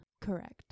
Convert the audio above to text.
correct